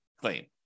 claim